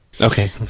Okay